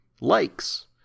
Likes